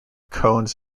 cones